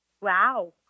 Wow